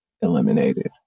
eliminated